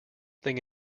thing